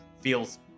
feels